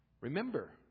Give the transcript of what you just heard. Remember